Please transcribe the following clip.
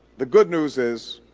the good news is,